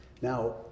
Now